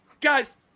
Guys